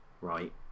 right